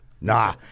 Nah